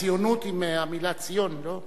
הציונות היא מהמלה "ציון", לא?